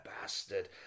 bastard